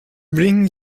bring